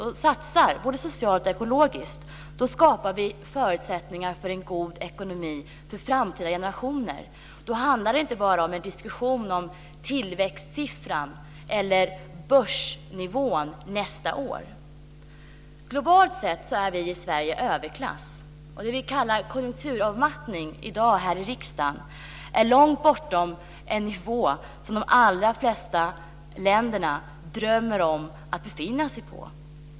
Vi har tagit några steg i den riktningen i det samarbete vi har mellan Då handlar det inte bara om en diskussion om tillväxtsiffran eller börsnivån nästa år. Globalt sett är vi i Sverige överklass. Det vi kallar konjunkturavmattning här i riksdagen i dag ligger långt över den nivå som de allra flesta länder drömmer om att befinna sig på.